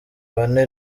bane